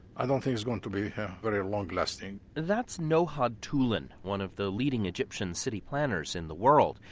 i don't think it's going to be very long-lasting that's nohad toulan, one of the leading egyptian city planners in the world.